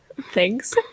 thanks